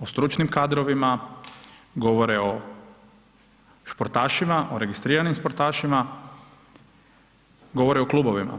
o stručnim kadrovima, govore o športašima, o registriranim sportašima, govore o klubovima.